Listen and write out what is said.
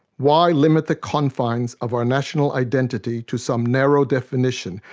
why limit the confines of our national identity to some narrow definition,